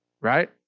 right